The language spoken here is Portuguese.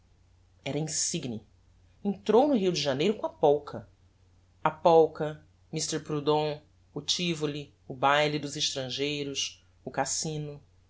era insigne entrou no rio de janeiro com a polka a polka mr pruddon o tivoli o baile dos estrangeiros o casino